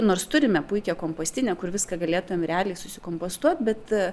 nors turime puikią kompostinę kur viską galėtumėm realiai susikompostuot bet